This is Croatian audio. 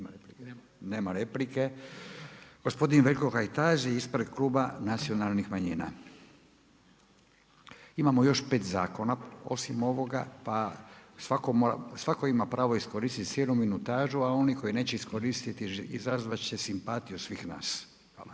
Nema replike. Gospodin Veljko Kajtazi ispred Kluba nacionalnih manjina. Imamo još 5 zakona osim ovoga, pa svatko ima pravo iskoristiti …/Govornik se ne razumije./… minutažu, a oni koji neće iskoristiti, izazivati će simpatiju svih nas. Hvala.